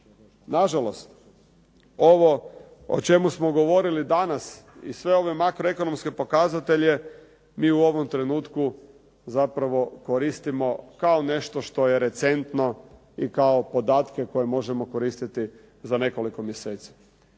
Nažalost, ovo o čemu smo govorili danas i sve ove makro ekonomske pokazatelje, mi u ovom trenutku zapravo koristimo kao nešto što je recentno i kao podatke koje možemo koristiti za nekoliko mjeseci.